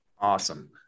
Awesome